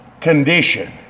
condition